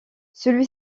celui